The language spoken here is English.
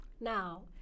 now